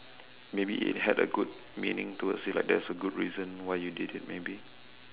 maybe it had a good meaning towards it like there's a good reason why you did it maybe